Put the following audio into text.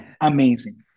Amazing